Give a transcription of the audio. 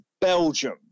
Belgium